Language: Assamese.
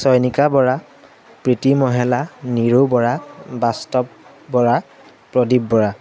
চয়নিকা বৰা প্ৰীতি মহালা নিৰু বৰা বাস্তৱ বৰা প্ৰদীপ বৰা